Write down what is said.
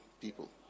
People